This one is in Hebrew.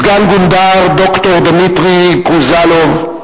סגן-גונדר ד"ר דימיטרי קוזלוב,